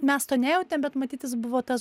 mes to nejautėm bet matyt jis buvo tas